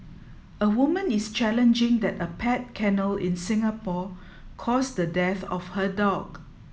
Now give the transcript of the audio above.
a woman is challenging that a pet kennel in Singapore caused the death of her dog